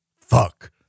Fuck